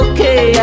Okay